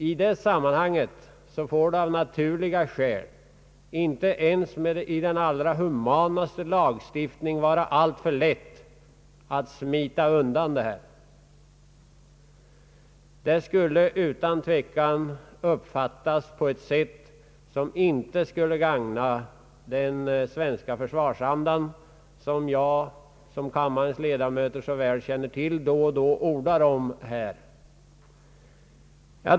I det sammanhanget får det av naturliga skäl inte ens i den allra humanaste lagstiftning vara alltför lätt att smita undan tjänstgöringen. Det skulle utan tvekan uppfattas på ett sätt som inte skulle gagna den svenska försvarsanda som jag, vilket kammarens ledamöter så väl känner till, då och då ordar om här.